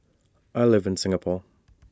I live in Singapore